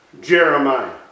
Jeremiah